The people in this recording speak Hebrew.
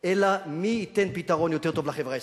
אלא מי ייתן פתרון יותר טוב לחברה הישראלית.